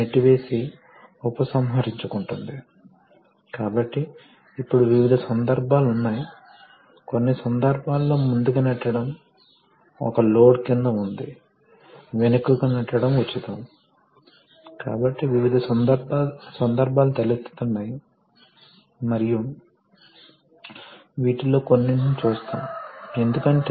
pressure లో ఇది ఒక సీల్ ను అందిస్తుంది కాబట్టి అలాంటి వివిధ రకాల సీల్ లను ఉపయోగిస్తాయి ఇది చాలా ముఖ్యం మనం దానితో నివసించకపోవచ్చు కానీ ఈ పనులు సరిగ్గా చేయకపోతే హైడ్రాలిక్ సిస్టమ్ పని చేయలేదు మరియు ఇది నిర్వహణకు చాలా సమస్య అవుతుంది కాబట్టి నిర్వహణ కోసం ఈ విషయాలు చాలా ముఖ్యమైనవి